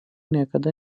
niekada